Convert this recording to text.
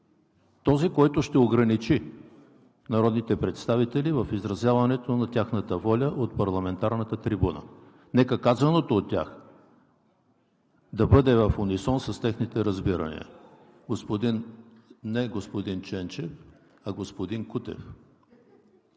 този, който ще ограничи народните представители в изразяването на тяхната воля от парламентарната трибуна. Нека казаното от тях да бъде в унисон с техните разбирания. (Реплики.) Не, господин Ченчев, а господин Кутев